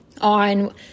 on